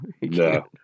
No